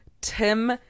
Tim